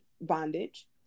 bondage